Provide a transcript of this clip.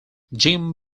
jim